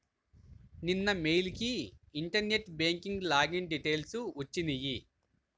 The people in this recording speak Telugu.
నిన్న మెయిల్ కి ఇంటర్నెట్ బ్యేంక్ లాగిన్ డిటైల్స్ వచ్చినియ్యి